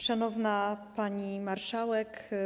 Szanowna Pani Marszałek!